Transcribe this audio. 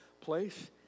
place